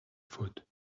foot